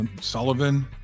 Sullivan